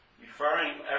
referring